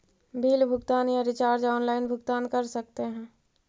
Bill भुगतान या recharge online भुगतान कर सकते हैं?